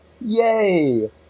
yay